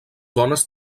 dones